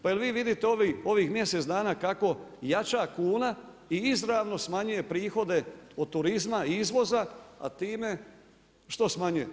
Pa jel' vi vidite ovih mjesec dana kako jača kuna i izravno smanjuje prihode od turizma i izvoza, a time što smanjuje?